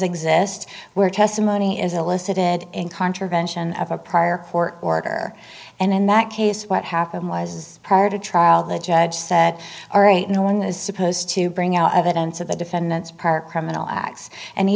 exist where testimony is elicited in contravention of a prior court order and in that case what happened was prior to trial the judge said ari no one is supposed to bring out evidence of the defendant's park criminal acts and he